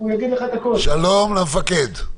שלום למפקד.